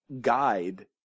guide